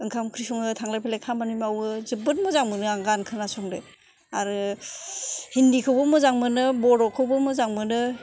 ओंखाम ओंख्रि सङो थांलाय फैलाय खामानि मावो जोबोत मोजां मोनो आं गान खोनासंनो आरो हिन्दी खौबो मोजां मोनो बर'खौबो मोजां मोनो